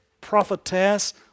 prophetess